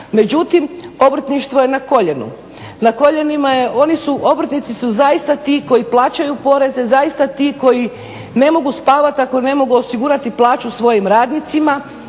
Međutim, obrtništvo je na koljenu. Na koljenu. Na koljenima je, oni su, obrtnici su zaista ti koji plaćaju poreze, zaista ti koji ne mogu spavati ako ne mogu osigurati plaću svojim radnicima,